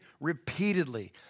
repeatedly